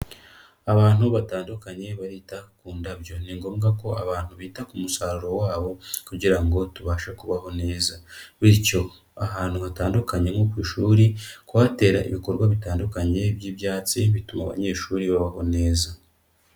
Abantu batandukanye barita ku ndabyo. Ni ngombwa ko abantu bita ku musaruro wabo kugira ngo tubashe kubaho neza. Bityo ahantu hatandukanye nko ku ishuri, kuhatera ibikorwa bitandukanye by'ibyatsi, bituma abanyeshuri babaho neza.